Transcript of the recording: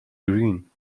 گرین